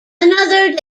another